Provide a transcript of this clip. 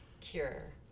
cure